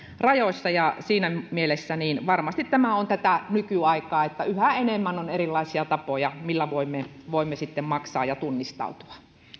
rajoissa siinä mielessä tämä varmasti on tätä nykyaikaa että yhä enemmän on erilaisia tapoja millä voimme voimme maksaa ja tunnistautua